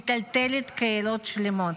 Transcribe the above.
מטלטלת קהילות שלמות.